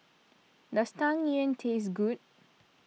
does Tang Yuen taste good